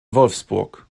wolfsburg